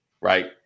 right